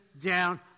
down